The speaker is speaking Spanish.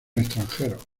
extranjeros